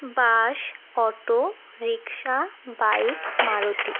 bus auto rickshaw bike Maruti